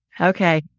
Okay